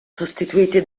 sostituiti